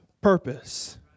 purpose